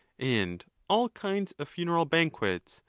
and all kinds of funeral banquets,